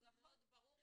הוא גם מאוד ברור.